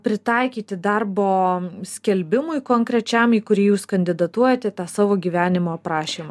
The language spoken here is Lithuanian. pritaikyti darbo skelbimui konkrečiam į kurį jūs kandidatuojate tą savo gyvenimo aprašymą